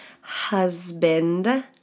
husband